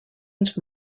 els